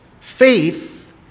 Faith